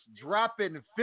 Dropping